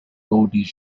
oldies